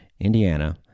Indiana